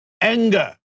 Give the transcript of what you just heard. anger